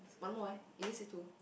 it's one more eh I didn't see two